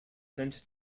sent